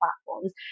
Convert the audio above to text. platforms